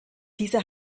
diese